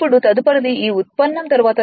ఇప్పుడు తదుపరిది ఈ ఉత్పన్నం తరువాత